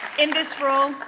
in this role,